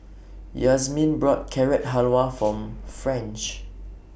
Yazmin bought Carrot Halwa For French